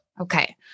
Okay